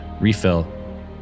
Refill